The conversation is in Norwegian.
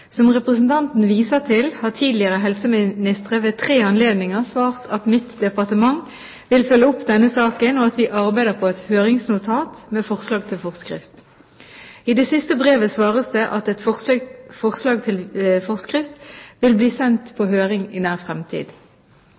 Som representanten viser til, har tidligere helseministre ved tre anledninger svart at mitt departement vil følge opp denne saken, og at vi arbeider på et høringsnotat med forslag til forskrift. I det siste brevet svares det at et forslag til forskrift vil bli sendt på høring i nær fremtid.